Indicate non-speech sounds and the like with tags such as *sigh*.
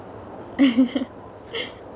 *laughs*